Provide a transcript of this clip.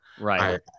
right